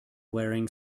wearing